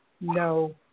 no